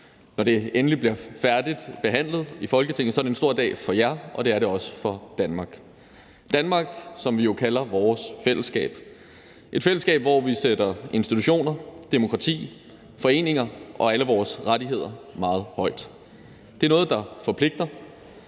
Når det endelig bliver færdigbehandlet i Folketinget, er det en stor dag for jer, og det er det også for Danmark. Danmark, som vi jo kalder vores fællesskab, er et fællesskab, hvor vi sætter institutioner, demokrati, foreninger og alle vores rettigheder meget højt. Det er noget, der forpligter,